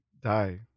die